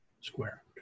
square